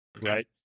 right